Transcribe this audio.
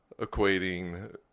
equating